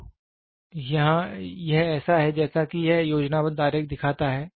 तो यह ऐसा है जैसा कि यह योजनाबद्ध आरेख दिखता है